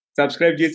subscribe